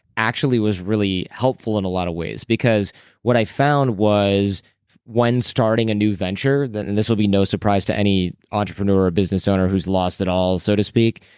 actually was really helpful in a lot of ways. because what i found was when starting a new venture, and this will be no surprise to any entrepreneur or business owner who has lost it all so to speak,